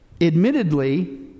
admittedly